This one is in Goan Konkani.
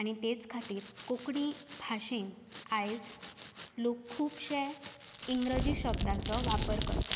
आनी तेच खातीर कोंकणी भाशेंत आयज लोक खुबशे इंग्रजी शब्दांचो वापर करतात